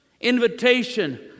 invitation